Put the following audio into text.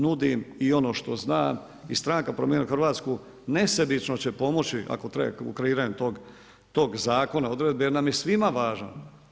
Nudim i ono što znam, i stranka Promijenimo Hrvatsku, nesebično će pomoći ako treba u kreiranju tog zakona, odredbe, jer nam je svima važno.